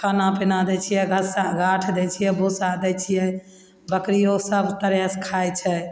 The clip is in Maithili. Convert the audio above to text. खाना पीना दै छिए घसा गाँठ दै छिए भुस्सा दै छिए बकरिओ सब तरहसे खाइ छै